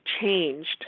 changed